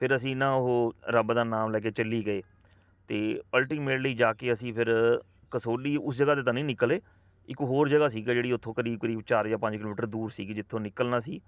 ਫਿਰ ਅਸੀਂ ਨਾ ਉਹ ਰੱਬ ਦਾ ਨਾਮ ਲੈ ਕੇ ਚੱਲੀ ਗਏ ਅਤੇ ਅਲਟੀਮੇਟਲੀ ਜਾ ਕੇ ਅਸੀਂ ਫਿਰ ਕਸੌਲੀ ਉਸ ਜਗ੍ਹਾ 'ਤੇ ਤਾਂ ਨਹੀਂ ਨਿਕਲੇ ਇੱਕ ਹੋਰ ਜਗ੍ਹਾ ਸੀ ਕਿ ਜਿਹੜੀ ਉੱਥੋਂ ਕਰੀਬ ਕਰੀਬ ਚਾਰ ਜਾਂ ਪੰਜ ਕਿਲੋਮੀਟਰ ਦੂਰ ਸੀਗੀ ਜਿੱਥੋਂ ਨਿਕਲਣਾ ਸੀ